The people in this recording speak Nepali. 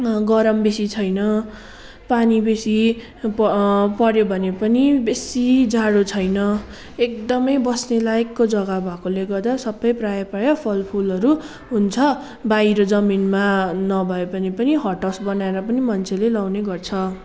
गरम बेसी छैन पानी बेसी पर्यो भने पनि बेसी जाडो छैन एकदमै बस्ने लायकको जग्गा भएकोले गर्दा सबै प्रायः प्रायः फलफुलहरू हुन्छ बाहिर जमिनमा नभए भने पनि हटहाउस् बनाएर पनि मान्छेले लाउने गर्छ